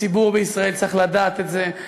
הציבור בישראל צריך לדעת את זה,